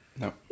No